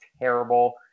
terrible